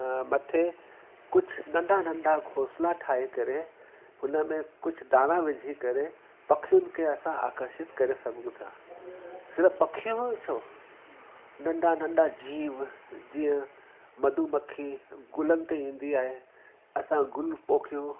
मथे कुझु नंढा नंढा घोसला ठाहे करे हुन में कुझु दाणा विझी करे पखियुनि खे असां अकर्षित करे सघूं था सिर्फ़ु पखियूं ई छो नंढा नंढा जीव जीअं मधुमक्खी गुलनि ते ईंदी आहे असां गुल पोखियूं